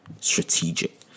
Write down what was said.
strategic